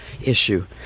issue